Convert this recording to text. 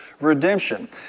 redemption